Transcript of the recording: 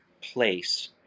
place